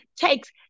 takes